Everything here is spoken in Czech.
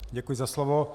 Děkuji za slovo.